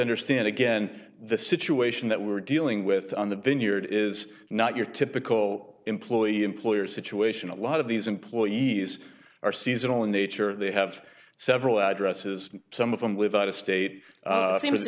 understand again the situation that we're dealing with on the vineyard is not your typical employee employer situation a lot of these employees are seasonal in nature they have several addresses some of them live out of state seems to